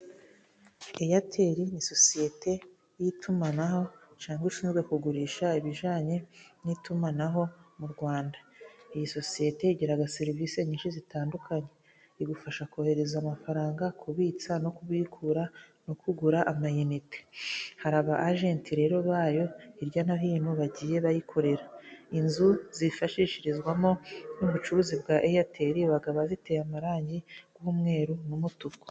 Eyateli ni sosiyete y'itumanaho cyangwa ushinzwe kugurisha ibijyanye n'itumanaho mu Rwanda .Iyi sosiyete igira serivisi nyinshi zitandukanye, igufasha kohereza amafaranga, kubitsa no kukura no kugura amanite ,hari aba ajenti rero bayo hirya no hino bagiye bayikorera .Inzu zifashishirizwamo n'ubucuruzi bwa eyateli baba baziteye amaragi y' umweru n'umutuku.